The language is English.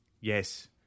Yes